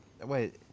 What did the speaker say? Wait